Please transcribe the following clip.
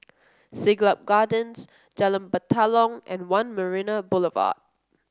Siglap Gardens Jalan Batalong and One Marina Boulevard